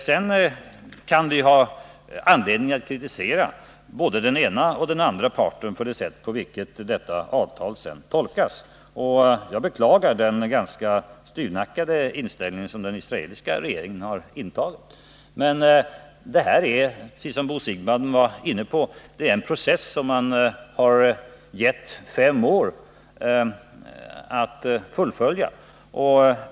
Sedan kan vi ha anledning att kritisera både den ena och den andra parten för det sätt på vilket detta avtal tolkas, och jag beklagar den ganska styvnackade inställning som den israeliska regeringen har intagit, men det här är — precis som Bo Siegbahn var inne på — en process som man har gett parterna fem år att fullfölja.